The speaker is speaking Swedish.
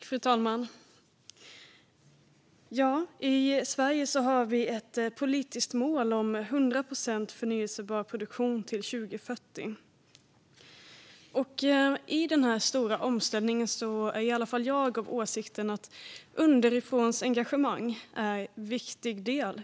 Fru talman! I Sverige har vi ett politiskt mål om 100 procent förnybar produktion till 2040. I denna stora omställning är åtminstone jag själv av åsikten att ett underifrånengagemang är en viktig del.